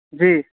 جی